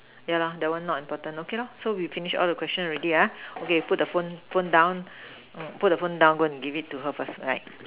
ya lah the one not important okay lor so we finish all the question already ah okay put the phone down put the phone down and give it to her first right